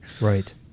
Right